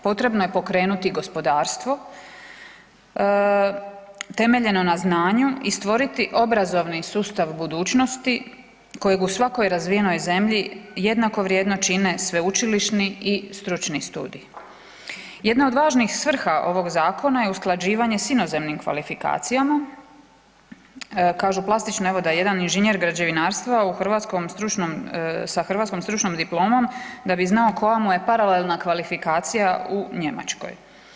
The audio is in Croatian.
Potrebno je pokrenuti gospodarstvo temeljeno na znanju i stvoriti obrazovni sustav budućnosti kojeg u svakoj razvijenoj zemlji jednako vrijedno čine sveučilišni i stručni studiji. jedna od važnih svrha ovog zakona je usklađivanje s inozemnim kvalifikacijama, kažu plastično, evo, da jedan inženjer građevinarstva u hrvatskom stručnom, sa hrvatskom stručnom diplomom, da bi znao koja mu je paralelna kvalifikacija u Njemačkoj.